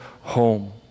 home